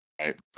Right